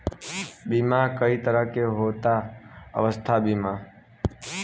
बीमा कई तरह के होता स्वास्थ्य बीमा?